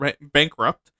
bankrupt